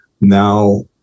now